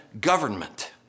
government